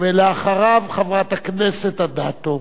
אחריו, חברת הכנסת אדטו.